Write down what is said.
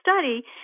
study